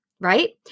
right